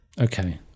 okay